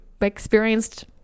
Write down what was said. experienced